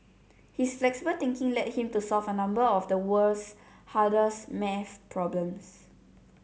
his flexible thinking led him to solve a number of the world's hardest math problems